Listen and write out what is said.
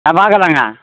ஆ பார்க்கலாங்க